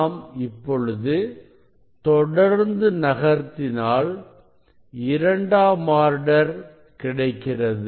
நாம் இப்பொழுது தொடர்ந்து நகர்த்தினாள் இரண்டாம் ஆர்டர் கிடைக்கிறது